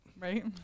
Right